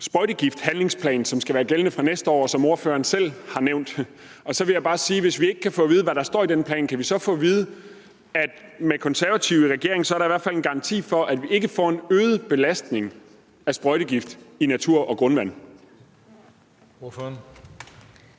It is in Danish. sprøjtegifthandlingsplan, som skal være gældende fra næste år, og som ordføreren selv har nævnt, og så vil jeg bare spørge, om vi, hvis vi ikke kan få at vide, hvad der står i den plan, så kan få at vide, om der i hvert fald med De Konservative i regering er en garanti for, at vi ikke får en øget belastning med sprøjtegifte i natur og grundvand.